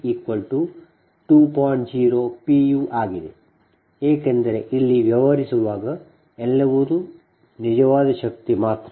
0 pu ಆಗಿದೆ ಏಕೆಂದರೆ ಇಲ್ಲಿ ವ್ಯವಹರಿಸುವಾಗ ಎಲ್ಲವೂ ನಿಜವಾದ ಶಕ್ತಿ ಮಾತ್ರ